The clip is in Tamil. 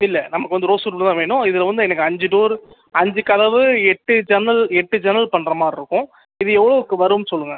இல்லை நமக்கு வந்து ரோஸ்வுட்டில் தான் வேணும் இதில் வந்து எனக்கு அஞ்சு டோரு அஞ்சு கதவு எட்டு ஜன்னல் எட்டு ஜன்னல் பண்ணுற மாதிரி இருக்கும் இது எவ்வளோவுக்கு வரும்னு சொல்லுங்கள்